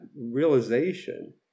realization